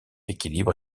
équilibre